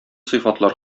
сыйфатлар